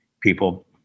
people